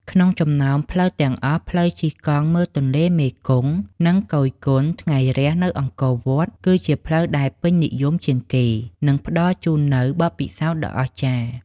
ក្នុងចំណោមផ្លូវទាំងអស់ ផ្លូវជិះកង់មើលទន្លេមេគង្គ និងគយគន់ថ្ងៃរះនៅអង្គរវត្ត គឺជាផ្លូវដែលពេញនិយមជាងគេ និងផ្ដល់ជូននូវបទពិសោធន៍ដ៏អស្ចារ្យ។